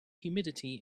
humidity